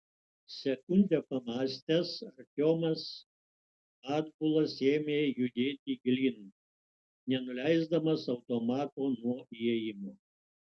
sekundę pamąstęs artiomas atbulas ėmė judėti gilyn nenuleisdamas automato nuo įėjimo